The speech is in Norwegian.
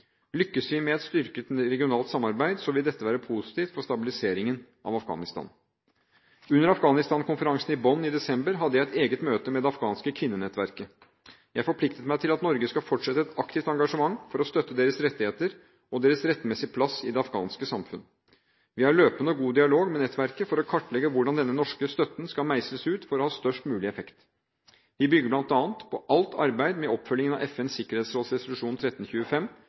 vi med et styrket regionalt samarbeid, vil dette være positivt for stabiliseringen av Afghanistan. Under Afghanistan-konferansen i Bonn i desember hadde jeg et eget møte med det afghanske kvinnenettverket. Jeg forpliktet meg til at Norge skal fortsette et aktivt engasjement for å støtte deres rettigheter og deres rettmessige plass i det afghanske samfunn. Vi har løpende og god dialog med nettverket for å kartlegge hvordan denne norske støtten skal meisles ut for å ha størst mulig effekt. Vi bygger bl.a. på alt arbeidet med oppfølgingen av FNs sikkerhetsråds resolusjon 1325